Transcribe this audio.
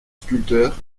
sculpteur